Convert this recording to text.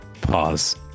Pause